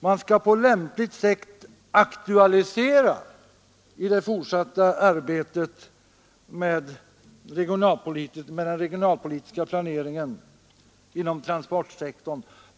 man skall på lämpligt sätt aktualisera de här frågorna i det fortsatta arbetet med den regionalpolitiska planeringen inom transportsektorn.